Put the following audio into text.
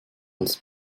als